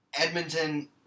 Edmonton